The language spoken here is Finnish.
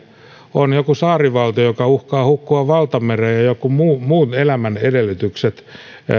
on joku saarivaltio joka uhkaa hukkua valtamereen ja jossa muun elämän edellytykset